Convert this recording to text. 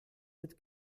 mit